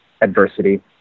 adversity